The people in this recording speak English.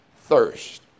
thirst